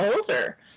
older